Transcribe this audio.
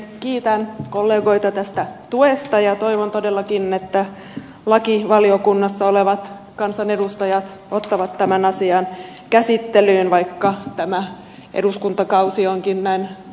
kiitän kollegoita tästä tuesta ja toivon todellakin että lakivaliokunnassa olevat kansanedustajat ottavat tämän asian käsittelyyn vaikka tämä eduskuntakausi onkin näin loppusuoralla